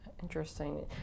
Interesting